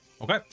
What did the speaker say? Okay